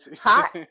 Hot